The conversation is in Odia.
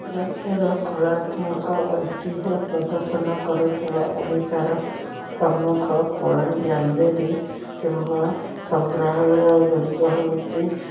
ରାଜ୍ୟର କଳାତ୍ମକ ଐତିହ୍ୟ ପ୍ରଦର୍ଶନ କରୁଥିବା ଓଡ଼ିଶାର ପ୍ରମୁଖ କଳା ଗ୍ୟାଲେରୀ କିମ୍ବା ସଂଗ୍ରହାଳୟ ଗୁଡ଼ିକ ହେଉଛି